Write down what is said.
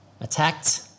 attacked